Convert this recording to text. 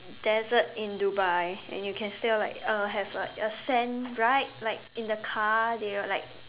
desert in Dubai and you can still like uh have like a sand right like in the car they got like